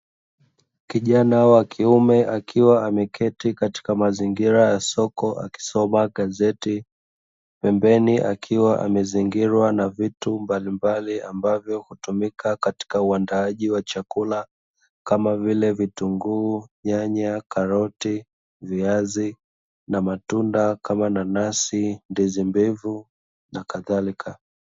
Kijana wakiume akiwa ameketi katika mazingira ya soko akisoma gazeti, pembeni akiwa amezingirwa na vitu mbalimbali ambavyo hutumika katika uandaaji wa chakula kama vile; vitunguu, nyanya, karoti, viazi na matunda kama nanasi, ndizi mbivu na kadhalika.